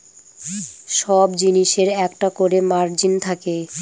সব জিনিসের একটা করে মার্জিন থাকে